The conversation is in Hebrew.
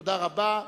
תודה רבה.